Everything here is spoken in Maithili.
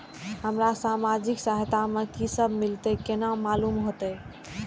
हमरा सामाजिक सहायता में की सब मिलते केना मालूम होते?